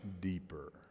deeper